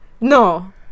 No